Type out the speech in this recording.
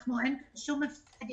אין פה שום הפסד,